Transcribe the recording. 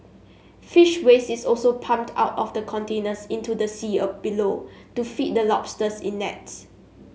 fish waste is also pumped out of the containers into the sea below to feed the lobsters in nets